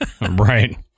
Right